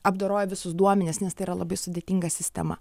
apdoroja visus duomenis nes tai yra labai sudėtinga sistema